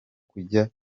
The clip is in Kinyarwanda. kujya